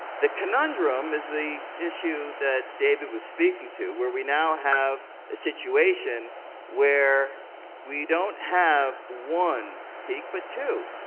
the conundrum is the issue that david was speaking to, where we now have a situation where we don't have one peak, but two.